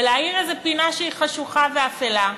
ולהאיר איזו פינה שהיא חשוכה ואפלה,